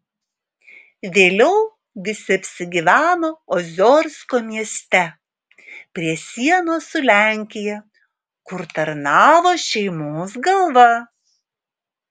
vėliau visi apsigyveno oziorsko mieste prie sienos su lenkija kur tarnavo šeimos galva